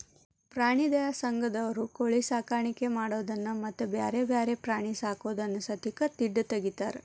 ಪ್ರಾಣಿ ದಯಾ ಸಂಘದಂತವರು ಕೋಳಿ ಸಾಕಾಣಿಕೆ ಮಾಡೋದನ್ನ ಮತ್ತ್ ಬ್ಯಾರೆ ಬ್ಯಾರೆ ಪ್ರಾಣಿ ಸಾಕೋದನ್ನ ಸತೇಕ ತಿಡ್ಡ ತಗಿತಾರ